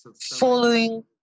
following